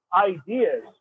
ideas